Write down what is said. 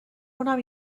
اونم